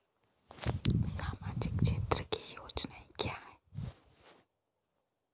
सामाजिक क्षेत्र की योजनाएं क्या हैं?